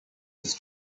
his